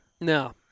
No